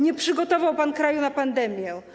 Nie przygotował pan kraju na pandemię.